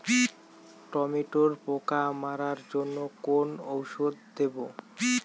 টমেটোর পোকা মারার জন্য কোন ওষুধ দেব?